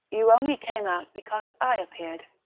you only came out because i appeared